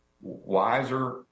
wiser